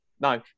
no